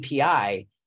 API